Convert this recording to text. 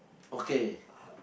okay